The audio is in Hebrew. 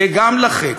זה גם ל"חץ",